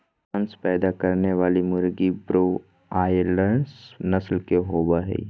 मांस पैदा करने वाली मुर्गी ब्रोआयालर्स नस्ल के होबे हइ